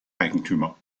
eigentümer